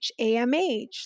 AMH